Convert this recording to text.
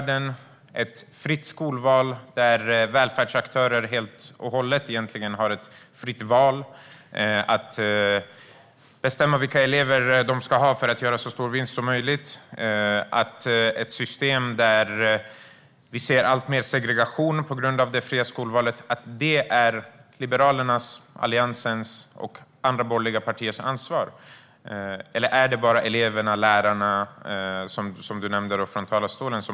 Är det inte ert ansvar att vi har ett fritt skolval där välfärdsaktörer egentligen helt och hållet har ett fritt val att bestämma vilka elever de ska ha för att göra så stor vinst som möjligt och att vi på grund av det fria skolvalet har ett system med allt större segregation? Är det bara eleverna och lärarna som har detta ansvar? Det var dem du nämnde i talarstolen.